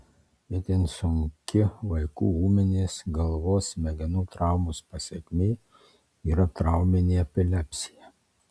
itin sunki vaikų ūminės galvos smegenų traumos pasekmė yra trauminė epilepsija